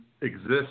exists